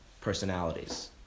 personalities